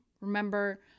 remember